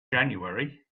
january